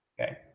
Okay